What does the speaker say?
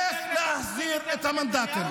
איך להחזיר את המנדטים.